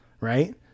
Right